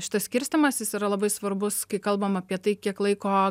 šitas skirstymas jis yra labai svarbus kai kalbam apie tai kiek laiko